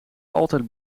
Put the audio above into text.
altijd